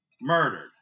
murdered